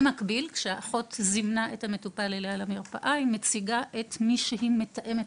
האחות שמזמינה את המטופל לשיחה היא ׳מתאמת השירות׳,